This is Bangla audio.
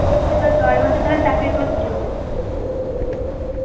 আর তুমি তো দশ বছর ধরে চাকরি করছ